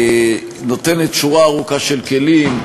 נותנת שורה ארוכה של כלים,